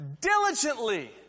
diligently